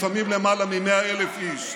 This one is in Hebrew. לפעמים למעלה מ-100,000 איש.